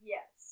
Yes